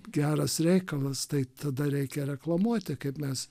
geras reikalas tai tada reikia reklamuoti kaip mes